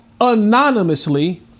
anonymously